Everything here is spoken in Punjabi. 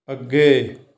ਅੱਗੇ